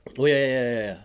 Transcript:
oh ya ya ya ya ya